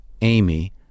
Amy